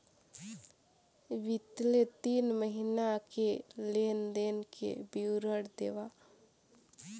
बितले तीन महीना के लेन देन के विवरण देवा?